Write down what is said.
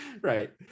Right